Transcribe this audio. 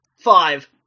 Five